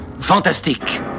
fantastique